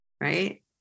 right